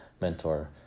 mentor